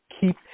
keep